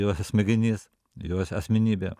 jo smegenys jo as asmenybė